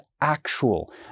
actual